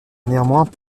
néanmoins